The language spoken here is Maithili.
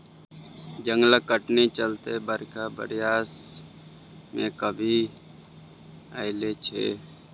जंगलक कटनी चलते बरखा बरसय मे कमी आएल छै